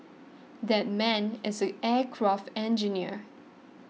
that man is an aircraft engineer